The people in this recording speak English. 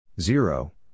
Zero